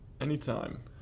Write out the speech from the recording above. Anytime